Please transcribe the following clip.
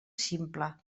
simple